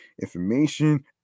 information